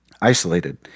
isolated